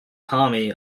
tommy